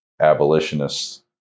abolitionists